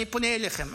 אני פונה אליכם,